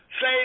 say